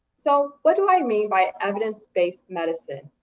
so what do i mean by evidence-based medicine?